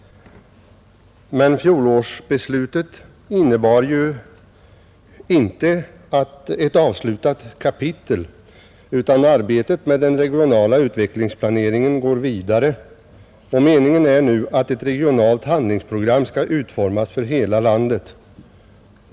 Men fjolårsbeslutet innebar ju inte ett avslutat kapitel, utan arbetet med den regionala utvecklingsplaneringen går vidare, och meningen är nu att ett regionalt handlingsprogram skall utformas för hela landet.